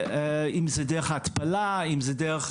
אם זה דרך ההתפלה, אם זה דרך